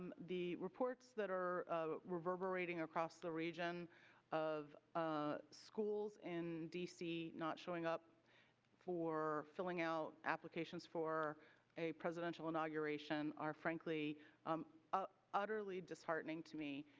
um the reports that are reverberating across the region in ah schools in d c. not showing up for filling out applications for a presidential inauguration are frankly um ah utterly disheartening to me.